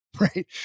Right